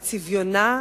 על צביונה,